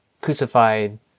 crucified